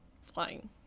flying